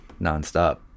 nonstop